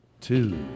Two